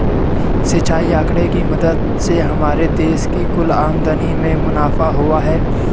सिंचाई आंकड़े की मदद से हमारे देश की कुल आमदनी में मुनाफा हुआ है